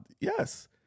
yes